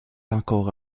encore